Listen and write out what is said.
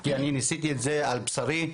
כי ניסיתי את זה על בשרי.